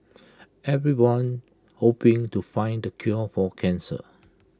everyone hoping to find the cure for cancer